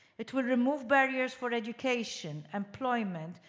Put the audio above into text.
it will remove barriers for education, employment,